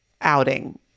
outing